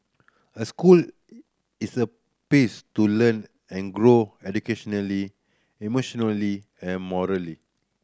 a school is a place to learn and grow educationally emotionally and morally